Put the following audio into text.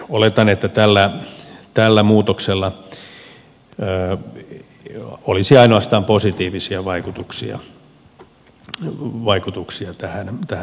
eli oletan että tällä muutoksella olisi ainoastaan positiivisia vaikutuksia tähän asiaan